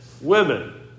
women